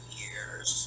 years